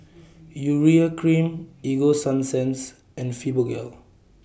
Urea Cream Ego Sunsense and Fibogel